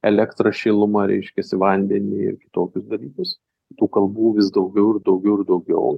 elektrą šilumą reiškiasi vandenį ir kitokius dalykus tų kalbų vis daugiau ir daugiau ir daugiau